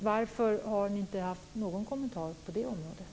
Varför har ni ingen kommentar på det området?